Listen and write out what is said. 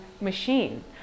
machine